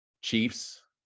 chiefs